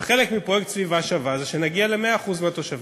וחלק מפרויקט "סביבה שווה" זה שנגיע ל-100% התושבים.